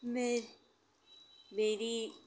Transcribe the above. मैं मेरी